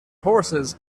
horses